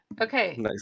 Okay